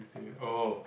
I see oh